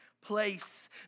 place